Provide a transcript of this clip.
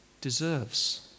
deserves